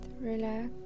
relax